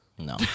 No